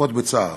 ומשתתפים בצער,